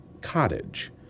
cottage